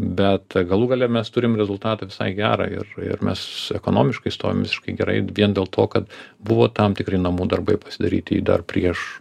bet galų gale mes turim rezultatą visai gerą ir ir mes ekonomiškai stovim visiškai gerai vien dėl to kad buvo tam tikri namų darbai pasidaryti dar prieš